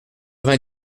vingt